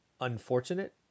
unfortunate